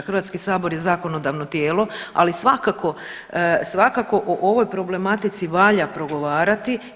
Hrvatski sabor je zakonodavno tijelo, ali svakako o ovoj problematici valja progovarati.